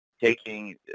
taking